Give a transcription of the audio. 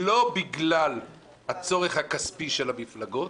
לא בגלל הצורך הכספי של המפלגות